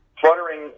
fluttering